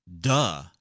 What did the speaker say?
Duh